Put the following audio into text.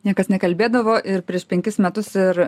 niekas nekalbėdavo ir prieš penkis metus ir